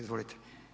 Izvolite.